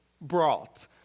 brought